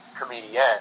comedian